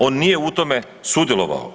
On nije u tome sudjelovao.